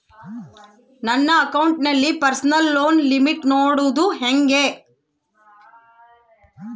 ನನ್ನ ಅಕೌಂಟಿನಲ್ಲಿ personal loan limit ನೋಡದು ಹೆಂಗೆ?